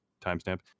timestamp